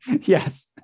Yes